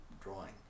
drawing